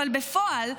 אבל בפועל,